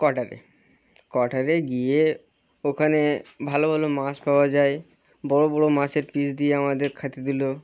কোয়াটারে কোয়াটারে গিয়ে ওখানে ভালো ভালো মাছ পাওয়া যায় বড়ো বড়ো মাছের পিস দিয়ে আমাদের খেতে দিল